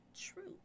truth